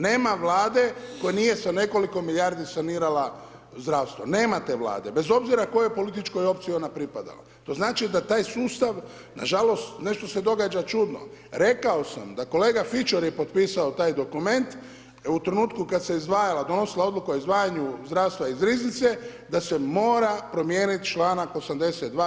Nema vlade koja nije sa nekoliko milijardi sanirala zdravstvo, nema te vlade bez obzira kojoj političkoj opciji ona pripadala to znači da taj sustav na žalost nešto se događa čudno, rekao sam da kolega Fičor je potpisao taj dokument u trenutku kad se izdvajala donosila odluka o izdvajanju zdravstva iz riznice da se mora promijeniti članak 82.